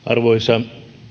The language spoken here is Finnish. arvoisa